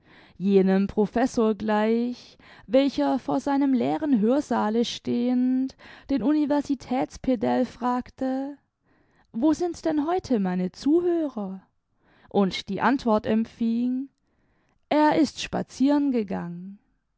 jenem professor gleich welcher vor seinem leeren hörsaale stehend den universitäts pedell fragte wo sind denn heute meine zuhörer und die antwort empfing er ist spazieren gegangen